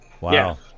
Wow